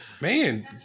man